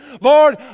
Lord